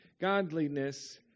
Godliness